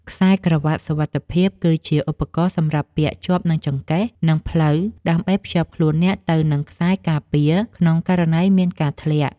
ខ្សែក្រវាត់សុវត្ថិភាព គឺជាឧបករណ៍សម្រាប់ពាក់ជាប់នឹងចង្កេះ និងភ្លៅ ដើម្បីភ្ជាប់ខ្លួនអ្នកទៅនឹងខ្សែការពារក្នុងករណីមានការធ្លាក់។